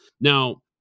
now